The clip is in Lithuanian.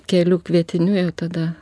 kelių kvietinių jau tada